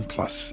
Plus